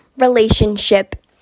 Relationship